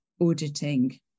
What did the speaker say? auditing